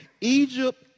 Egypt